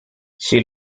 she